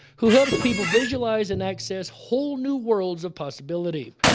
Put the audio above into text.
who helps people visualize and access whole new worlds of possibility.